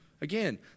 Again